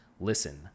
Listen